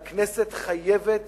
שהכנסת חייבת